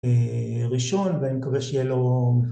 ראשון ואני מקווה שיהיה לו